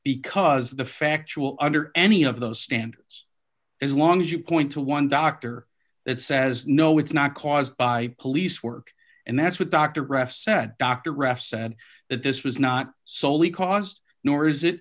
because the factual under any of those standards as long as you point to one doctor that says no it's not caused by police work and that's what dr graf said dr raff said that this was not solely caused nor is it